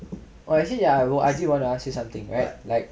oh actually ya I will wanna ask you something like